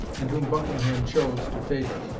and whom buckingham chose to favour.